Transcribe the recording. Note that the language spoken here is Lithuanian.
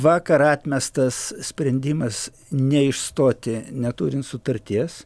vakar atmestas sprendimas neišstoti neturint sutarties